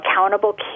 accountable